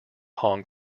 hong